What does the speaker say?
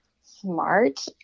smart